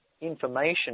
information